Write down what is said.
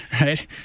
right